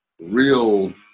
real